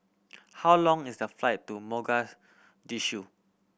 how long is the flight to Mogadishu